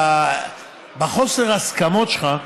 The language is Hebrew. בחוסר הסכמות שלך,